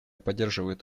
поддерживает